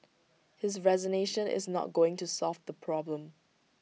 his resignation is not going to solve the problem